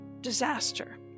disaster